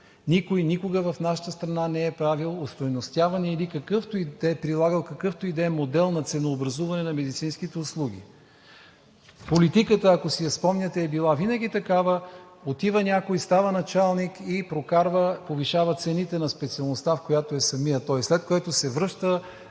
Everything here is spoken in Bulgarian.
Никой никога в нашата страна не е правил остойностяване или да е прилагал какъвто и да е модел на ценообразуване на медицинските услуги. Политиката, ако си я спомняте, е била винаги такава – отива някой, става началник и прокарва, повишава цените на специалността, в която е самият той, след което се връща